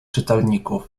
czytelników